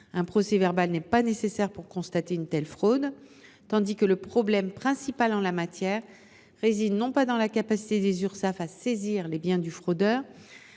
Un procès verbal n’est en outre pas nécessaire pour constater une telle fraude, tandis que le problème principal en la matière réside non dans la capacité des Urssaf à saisir les biens du fraudeur,